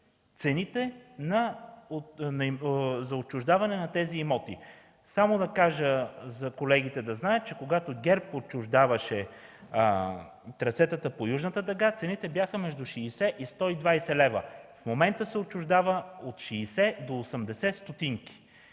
цените за отчуждаване на тези имоти? Ще кажа на колегите, че когато ГЕРБ отчуждаваше трасетата по Южната дъга, цените бяха между 60 и 120 лв., а в момента се отчуждава от 60 до 80 стотинки.